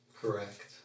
Correct